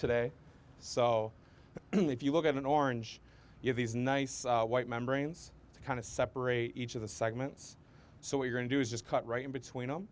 today so if you look at an orange you these nice white membranes kind of separate each of the segments so we're going to do is just cut right in between them